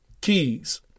keys